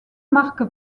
marque